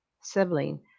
sibling